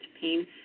pain